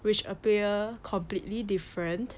which appear completely different